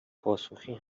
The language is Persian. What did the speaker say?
پاسخی